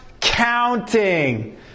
counting